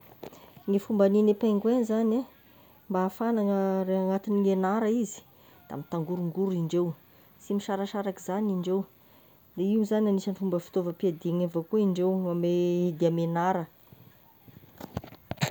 Ny fomba hagnigne pingouins zagny a, mba hafana gna- ra- agnatigne gnara izy, da mitangorongoro indreo, sy misarasaraky zagny indreo, de io zany agnisany fomba fitaovam-piadina avao koa indreo ame dia ame gnara.